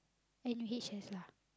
N U H S lah